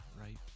right